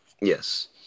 yes